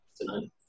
tonight